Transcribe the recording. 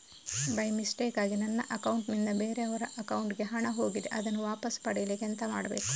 By ಮಿಸ್ಟೇಕಾಗಿ ನನ್ನ account ನಿಂದ ಬೇರೆಯವರ ಅಕೌಂಟ್ ಗೆ ಹಣ ಹೋಗಿದೆ ಅದನ್ನು ವಾಪಸ್ ಪಡಿಲಿಕ್ಕೆ ಎಂತ ಮಾಡಬೇಕು?